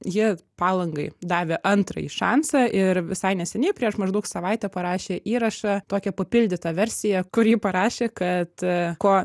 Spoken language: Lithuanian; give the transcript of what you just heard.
ji palangai davė antrąjį šansą ir visai neseniai prieš maždaug savaitę parašė įrašą tokią papildytą versiją kur ji parašė kad ko